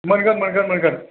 मोनगोन मोनगोन